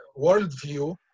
worldview